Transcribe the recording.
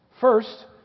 First